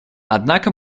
однако